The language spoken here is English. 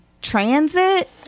transit